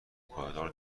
پایدار